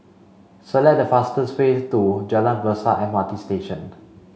select the fastest way to Jalan Besar M R T Station